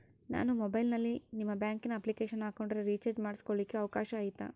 ನಾನು ಮೊಬೈಲಿನಲ್ಲಿ ನಿಮ್ಮ ಬ್ಯಾಂಕಿನ ಅಪ್ಲಿಕೇಶನ್ ಹಾಕೊಂಡ್ರೆ ರೇಚಾರ್ಜ್ ಮಾಡ್ಕೊಳಿಕ್ಕೇ ಅವಕಾಶ ಐತಾ?